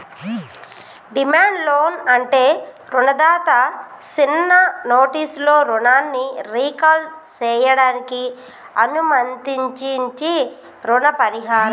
demand loan అంటే రుణదాత సిన్న నోటీసులో రుణాన్ని రీకాల్ సేయడానికి అనుమతించించీ రుణ పరిహారం